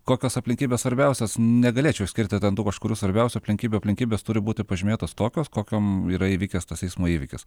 kokios aplinkybės svarbiausios negalėčiau išskirti ten kažkurių svarbiausių aplinkybių aplinkybės turi būti pažymėtos tokios kokiom yra įvykęs tas eismo įvykis